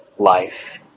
Life